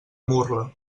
murla